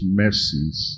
mercies